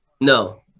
No